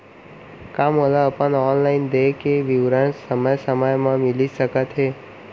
का मोला अपन ऑनलाइन देय के विवरण समय समय म मिलिस सकत हे?